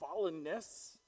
fallenness